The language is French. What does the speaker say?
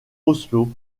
oslo